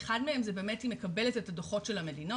אחד היא מקבלת את הדו"חות של המדינות,